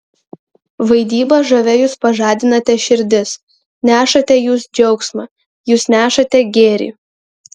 vaidyba žavia jūs pažadinate širdis nešate jūs džiaugsmą jūs nešate gėrį